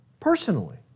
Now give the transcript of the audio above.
Personally